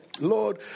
Lord